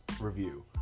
review